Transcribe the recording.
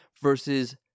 versus